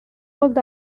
old